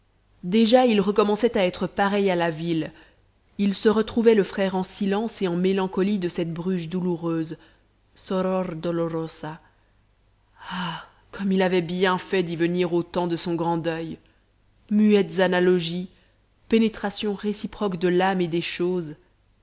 déjà il recommençait à être pareil à la ville il se retrouvait le frère en silence et en mélancolie de cette bruges douloureuse soror dolorosa ah comme il avait bien fait d'y venir au temps de son grand deuil muettes analogies pénétration réciproque de l'âme et des choses